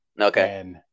Okay